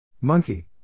Monkey